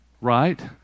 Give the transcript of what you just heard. Right